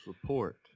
support